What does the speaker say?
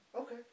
Okay